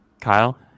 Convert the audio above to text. Kyle